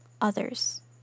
others